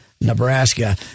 Nebraska